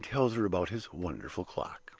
and tells her about his wonderful clock.